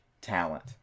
talent